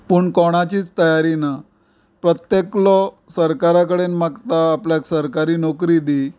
पूण कोणाचीच तयारी ना प्रत्येकलो सराकारा कडेन मागता आपल्याक सरकारी नोकरी दी